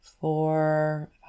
four